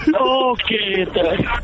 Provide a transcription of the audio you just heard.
Okay